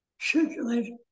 circulate